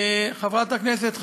חברת הכנסת,